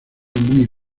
muy